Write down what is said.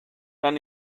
dann